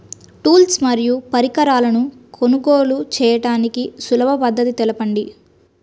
Tools మరియు పరికరాలను కొనుగోలు చేయడానికి సులభ పద్దతి తెలపండి?